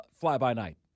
fly-by-night